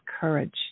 courage